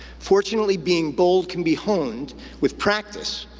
fortunately, being bold can be honed with practice,